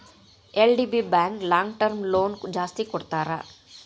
LDB bank long term loan ಜಾಸ್ತಿ ಕೊಡ್ತಾರ